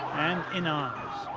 and in arms.